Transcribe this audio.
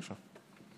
בבקשה.